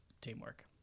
Teamwork